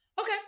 Okay